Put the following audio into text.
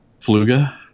Fluga